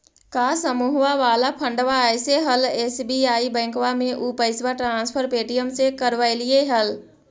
का समुहवा वाला फंडवा ऐले हल एस.बी.आई बैंकवा मे ऊ पैसवा ट्रांसफर पे.टी.एम से करवैलीऐ हल?